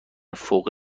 فوق